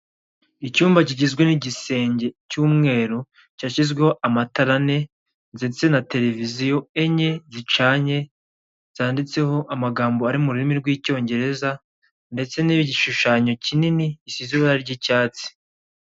Icyumba kigizwe n'igisenge cy'umweru cyashyizweho amatara ane ndetse na televiziyo enye zicanye zanditseho amagambo ari mu rurimi rw'icyongereza ndetse n'igishushanyo kinini gisize ibara ry'icyatsi.